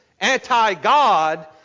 anti-God